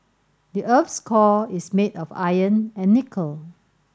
the earth's core is made of iron and nickel